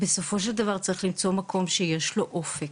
בסופו של דבר צריך למצוא מקום שיש לו אופק.